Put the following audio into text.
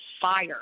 fire